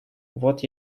вот